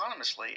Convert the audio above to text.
autonomously